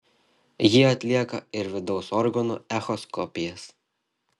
ji atlieka ir vidaus organų echoskopijas